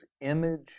image